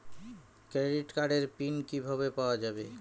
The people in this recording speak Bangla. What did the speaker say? ক্রেডিট কার্ডের পিন কিভাবে পাওয়া যাবে?